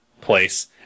place